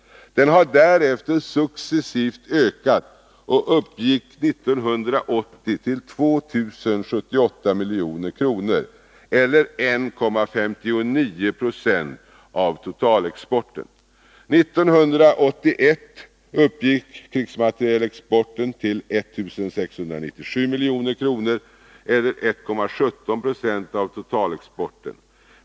Den har därefter successivt ökat och uppgick 1980 till 2 078 milj.kr. eller 1,59 90 av totalexporten. 1981 uppgick krigsmaterielexporten till 1697 milj.kr. eller 1,17 70 av totalexporten.